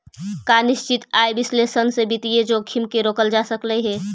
का निश्चित आय विश्लेषण से वित्तीय जोखिम के रोकल जा सकऽ हइ?